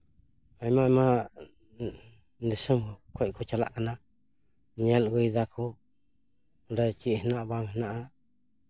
ᱟᱭᱢᱟ ᱟᱭᱢᱟ ᱫᱤᱥᱚᱢ ᱠᱷᱚᱡ ᱠᱚ ᱪᱟᱞᱟᱜ ᱠᱟᱱᱟ ᱧᱮᱞ ᱟᱹᱜᱩᱭ ᱫᱟᱠᱚ ᱚᱸᱰᱮ ᱪᱮᱫ ᱢᱮᱱᱟᱜᱼᱟ ᱵᱟᱝ ᱢᱮᱱᱟᱜᱼᱟ